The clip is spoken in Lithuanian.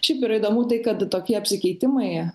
šiaip yra įdomu tai kad tokie apsikeitimai